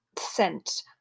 scent